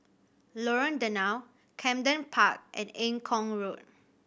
Lorong Danau Camden Park and Eng Kong Road